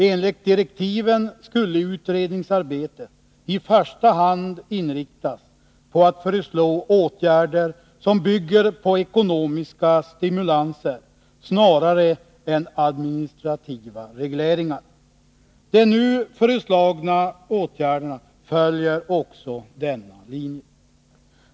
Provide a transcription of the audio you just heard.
Enligt direktiven skulle utredningsarbetet i första hand inriktas på att föreslå åtgärder som bygger på ekonomiska stimulanser snarare än på administrativa regleringar. De nu föreslagna åtgärderna följer också denna linje.